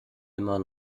immer